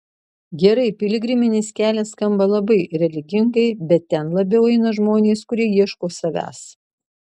gerai piligriminis kelias skamba labai religingai bet ten labiau eina žmonės kurie ieško savęs